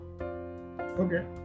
Okay